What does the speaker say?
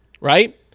right